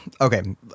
okay